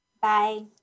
Bye